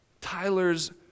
Tyler's